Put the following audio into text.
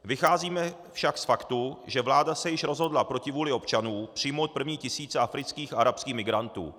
Vycházíme však z faktu, že vláda se již rozhodla proti vůli občanů přijmout první tisíce afrických arabských migrantů.